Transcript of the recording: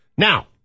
Now